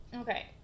okay